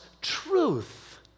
truth